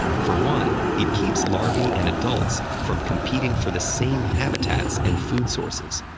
for one, it keeps larvae and adults from competing for the same habitats and food sources.